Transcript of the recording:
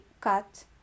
cut